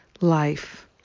life